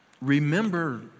remember